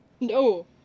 No